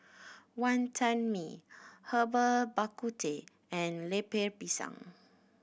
Wantan Mee Herbal Bak Ku Teh and Lemper Pisang